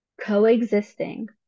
coexisting